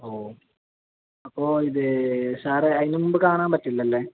ഓ അപ്പോൾ ഇത് സാറെ അതിന് മുമ്പ് കാണാൻ പറ്റില്ല അല്ലെ